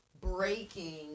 breaking